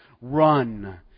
Run